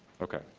okay.